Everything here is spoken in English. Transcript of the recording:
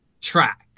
track